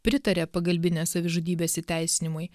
pritaria pagalbinės savižudybės įteisinimui